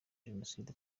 jenoside